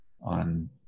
on